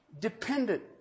Dependent